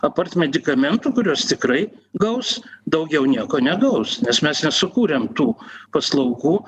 apart medikamentų kuriuos tikrai gaus daugiau nieko negaus nes mes nesukūrėm tų paslaugų